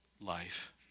life